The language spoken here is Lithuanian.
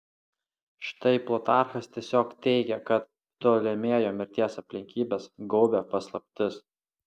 štai plutarchas tiesiog teigia kad ptolemėjo mirties aplinkybes gaubia paslaptis